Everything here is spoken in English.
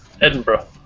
Edinburgh